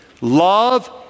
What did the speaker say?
Love